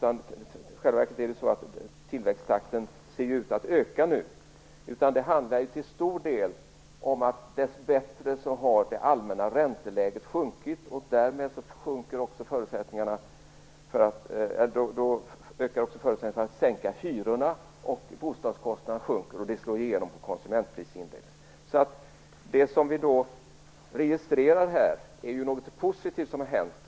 I själva verket ser nu tillväxttakten ut att öka. Det handlar till stor del om att det allmänna ränteläget dess bättre har sjunkit. Därmed ökar också förutsättningen för att sänka hyrorna. Bostadskostnaderna sjunker, och det slår sedan igenom i konsumentprisindex. Det vi registrerar är alltså att något positivt har hänt.